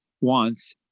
wants